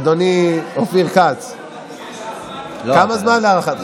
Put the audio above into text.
אדוני אופיר כץ, כמה זמן, להערכתך?